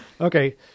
Okay